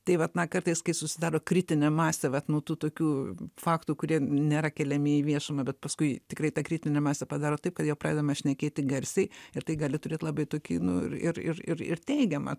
tai vat na kartais kai susidaro kritinė masė vat nu tų tokių faktų kurie nėra keliami į viešumą bet paskui tikrai tą kritinę masę padaro taip kad jau pradedame šnekėti garsiai ir tai gali turėti labai tokį nu ir ir ir ir ir teigiamą